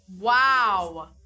Wow